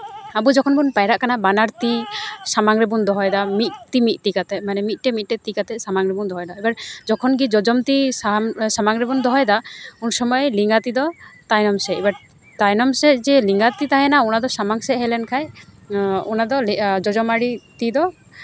ᱟᱵᱚ ᱡᱚᱠᱷᱚᱱ ᱵᱚᱱ ᱯᱟᱭᱨᱟᱜ ᱠᱟᱱᱟ ᱵᱟᱱᱟᱨ ᱛᱤ ᱥᱟᱢᱟᱝ ᱨᱮᱵᱚᱱ ᱫᱚᱦᱚᱭᱮᱫᱟ ᱢᱤᱫ ᱛᱤ ᱢᱤᱫ ᱛᱤ ᱠᱟᱛᱮᱫ ᱢᱤᱫᱴᱮᱱ ᱢᱤᱫᱴᱮᱱ ᱛᱤ ᱠᱟᱛᱮᱫ ᱥᱟᱢᱟᱝ ᱨᱮᱵᱚᱱ ᱫᱚᱦᱚᱭᱮᱫᱟ ᱮᱵᱟᱨ ᱡᱚᱠᱷᱚᱱᱜᱮ ᱡᱚᱡᱚᱢ ᱛᱤ ᱥᱟᱢᱟᱝ ᱨᱮᱵᱚᱱ ᱫᱚᱦᱚᱭᱮᱫᱟ ᱩᱱᱥᱚᱢᱚᱭ ᱞᱮᱸᱜᱟ ᱛᱤ ᱫᱚ ᱛᱟᱭᱚᱢ ᱥᱮᱫ ᱮᱵᱟᱨ ᱛᱟᱭᱱᱚᱢ ᱥᱮᱫ ᱡᱮ ᱞᱮᱸᱜᱟ ᱛᱤ ᱛᱟᱦᱮᱱᱟ ᱚᱱᱟᱫᱚ ᱥᱟᱢᱟᱝ ᱥᱮᱫ ᱦᱮᱡ ᱞᱮᱱᱠᱷᱟᱱ ᱚᱱᱟᱫᱚ ᱡᱚᱡᱚᱢᱟᱨᱤ ᱛᱤ ᱫᱚ